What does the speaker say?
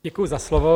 Děkuji za slovo.